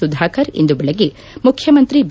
ಸುಧಾಕರ್ ಇಂದು ಬೆಳಗ್ಗೆ ಮುಖ್ಯಮಂತ್ರಿ ಬಿ